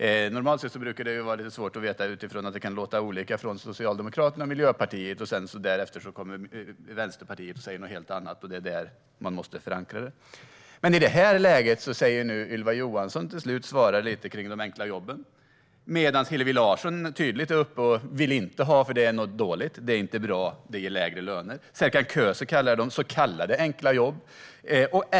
Normalt sett brukar det vara svårt att veta, utifrån att det kan låta olika från Socialdemokraterna och Miljöpartiet och att Vänsterpartiet därefter kommer och säger något helt annat och att det är där man måste förankra det. Men i detta läge svarar Ylva Johansson till slut lite om de enkla jobben medan Hillevi Larsson tydligt säger att hon inte vill ha dem eftersom de är dåliga och ger lägre löner, och Serkan Köse kallar dem "så kallade enkla jobb".